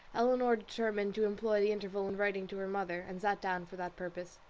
elinor determined to employ the interval in writing to her mother, and sat down for that purpose.